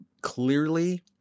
clearly